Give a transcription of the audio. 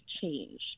change